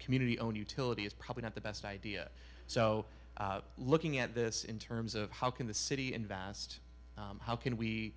community owned utility is probably not the best idea so looking at this in terms of how can the city and vast how can we